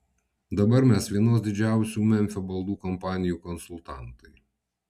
dabar mes vienos didžiausių memfio baldų kompanijų konsultantai